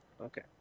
okay